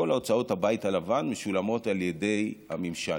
כל הוצאות הבית הלבן משולמות על ידי הממשל.